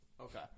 Okay